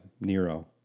Nero